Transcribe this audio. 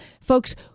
folks